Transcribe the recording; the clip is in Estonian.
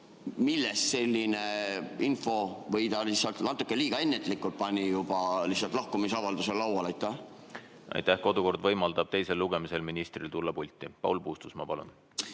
Millest selline info või ta lihtsalt natuke liiga ennatlikult pani juba lahkumisavalduse lauale? Aitäh! Kodukord võimaldab teisel lugemisel ministril tulla pulti. Paul Puustusmaa, palun!